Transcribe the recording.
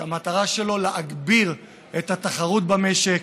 שהמטרה שלו להגביר את התחרות במשק